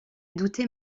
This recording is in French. douter